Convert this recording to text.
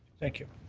thank you.